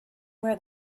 where